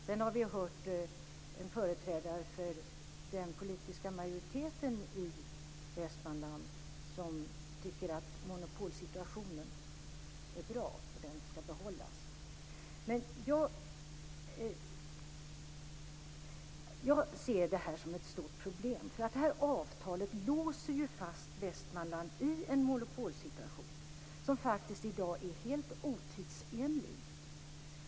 Sedan har vi hört en företrädare för den politiska majoriteten i Västmanland som tycker att monopolsituationen är bra och skall behållas. Jag ser det här som ett stort problem. Avtalet låser ju fast Västmanland i en monopolsituation som är helt otidsenlig.